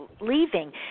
leaving